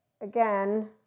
again